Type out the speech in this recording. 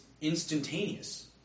instantaneous